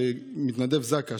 מתנדב זק"א,